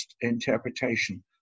interpretation